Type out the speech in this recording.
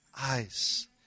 eyes